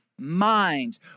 Mind